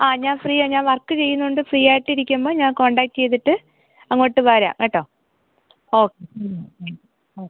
ആ ഞാൻ ഫ്രീയാ ഞാൻ വർക്ക് ചെയ്യുന്നുണ്ട് ഫ്രീ ആയിട്ട് ഇരിക്കുമ്പോള് ഞാൻ കോൺടാക്ട് ചെയ്തിട്ട് അങ്ങോട്ട് വരാം കേട്ടോ ഓക്കെ